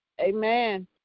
Amen